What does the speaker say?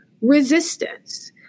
resistance